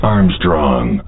Armstrong